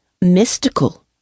mystical